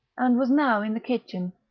and was now in the kitchen,